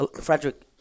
Frederick